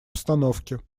обстановки